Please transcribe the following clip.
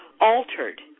altered